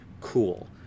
Cool